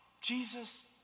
Jesus